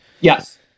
Yes